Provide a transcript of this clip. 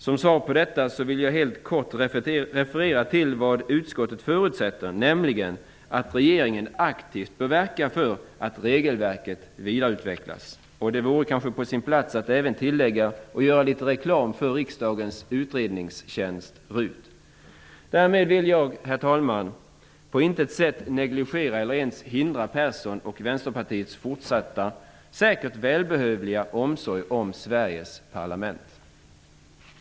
Som svar på detta vill jag helt kort referera till vad utskottet förutsätter, nämligen att regeringen aktivt bör verka för att regelverket vidareutvecklas. Det vore kanske på sin plats att även göra litet reklam för Riksdagens utredningstjänst, RUT. Därmed vill jag, herr talman, på intet sätt negligera eller ens hindra Karl-Erik Perssons och Vänsterpartiets fortsatta, och säkert välbehövliga, omsorg om Sveriges parlament.